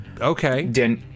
Okay